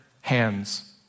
hands